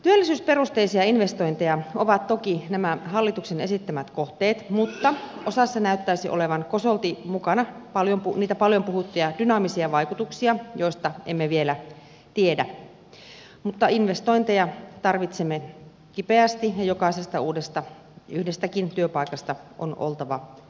työllisyysperusteisia investointeja ovat toki nämä hallituksen esittämät kohteet mutta osassa näyttäisi olevan kosolti mukana niitä paljon puhuttuja dynaamisia vaikutuksia joista emme vielä tiedä mutta investointeja tarvitsemme kipeästi ja jokaisesta uudesta yhdestäkin työpaikasta on oltava tyytyväinen